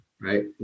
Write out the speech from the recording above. Right